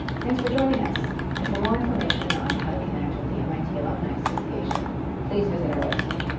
thanks for joining us and for more information on how to connect with the mit alumni association please visit our website.